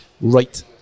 right